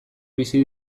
bizi